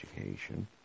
education